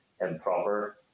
improper